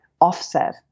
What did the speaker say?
offset